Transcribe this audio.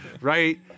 Right